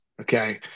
Okay